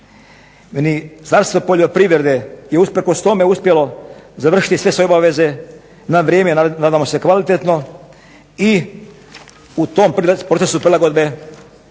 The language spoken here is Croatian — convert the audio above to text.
je usprkos tome uspjelo završiti sve svoje obaveze na vrijeme, nadamo se kvalitetno i u tom procesu prilagodbe